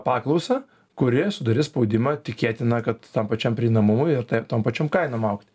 paklausą kuri sudarys spaudimą tikėtina kad tam pačiam prieinamumui ir tai tom pačiom kainom augti